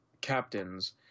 captains